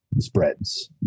spreads